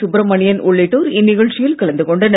சுப்ரமணியன் உள்ளிட்டோர் இந்நிகழ்ச்சியில் கலந்து கொண்டனர்